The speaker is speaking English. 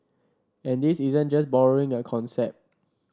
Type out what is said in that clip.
and this isn't just borrowing a concept